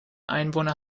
einwohner